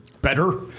better